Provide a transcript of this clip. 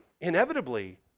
inevitably